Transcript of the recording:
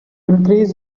increase